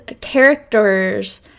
characters